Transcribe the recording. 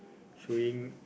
chewing